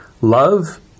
love